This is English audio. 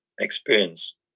experience